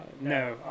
No